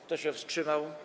Kto się wstrzymał?